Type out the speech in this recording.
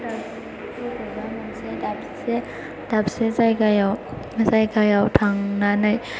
बोरैबा मोनसे दाबसे जायगायाव थांनानै